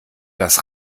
das